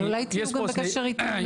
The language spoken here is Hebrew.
אבל אולי תהיו גם בקשר איתנו,